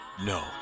No